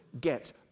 get